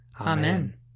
Amen